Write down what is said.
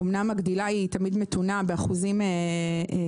אמנם הגידול הוא תמיד מתון והוא באחוזים קטנים